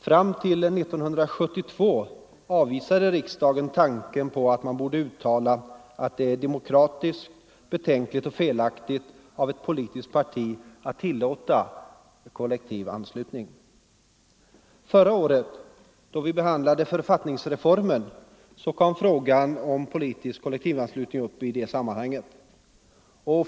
Fram till 1972 avvisade riksdagen tanken, att man borde uttala att det är demokratiskt betänkligt och felaktigt av ett politiskt parti att tillåta kollektiv anslutning. Förra året kom frågan om politisk kollektivanslutning upp i samband med att vi behandlade författningsreformen.